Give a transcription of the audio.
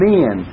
Men